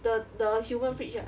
the the human fridge ah